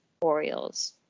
Orioles